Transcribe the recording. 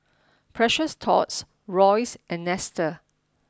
precious Thots Royce and Nestle